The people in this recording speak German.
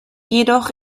jedoch